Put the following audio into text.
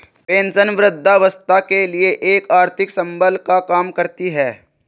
pension वृद्धावस्था के लिए एक आर्थिक संबल का काम करती है